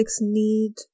need